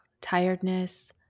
tiredness